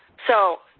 so,